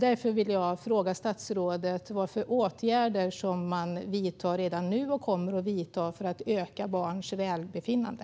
Därför vill jag fråga statsrådet om vilka åtgärder man vidtar redan nu och kommer att vidta för att öka barns välbefinnande.